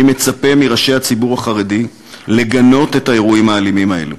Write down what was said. אני מצפה מראשי הציבור החרדי לגנות את האירועים האלימים האלה.